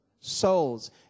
Souls